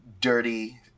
dirty